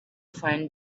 find